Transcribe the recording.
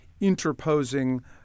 interposing